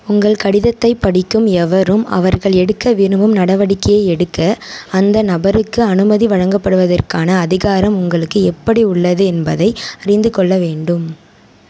உங்கள் கடிதத்தை படிக்கும் எவரும் அவர்கள் எடுக்க விரும்பும் நடவடிக்கையை எடுக்க அந்த நபருக்கு அனுமதி வழங்கப்படுவதற்கான அதிகாரம் உங்களுக்கு எப்படி உள்ளது என்பதை அறிந்துக்கொள்ள வேண்டும்